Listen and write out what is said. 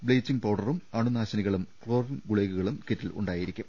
bleaching പൌഡറും അണുനാശിനികളും chlorine ഗുളികകളും കിറ്റിൽ ഉണ്ടാ യിരിക്കും